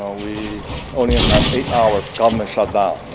ah we only have eight hours, government shut down,